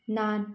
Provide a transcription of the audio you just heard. naan